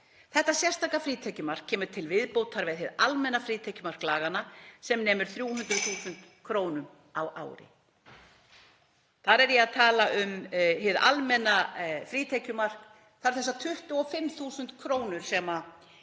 Þetta sérstaka frítekjumark kemur til viðbótar við hið almenna frítekjumark laganna sem nemur 300.000 kr. á ári. Þar er ég að tala um hið almenna frítekjumark, þessar 25.000 kr. sem